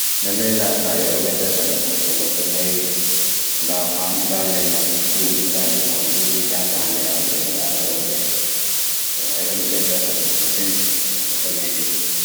Lallai ngeɗam ɗo ɓeɗɗa saɗugo to goɗɗo naiwi nɗa fam nɗa le'nyol ɗuuɗi nɗa ɓikko ɗuuɗi nɗa taaniraaɓe nɗa reuɓe so rayuwa ɗo ɓeɗɗa saɗugo masin to goɗɗo naiwi